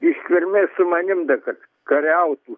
ištvermės su manim dar kad kariautų